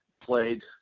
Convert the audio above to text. played